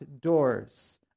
doors